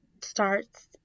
starts